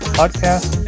podcast